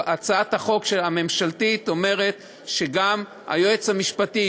הצעת החוק הממשלתית אומרת שגם היועץ המשפטי,